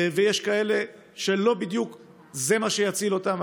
ויש כאלה שזה לא בדיוק מה שיציל אותם.